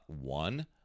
one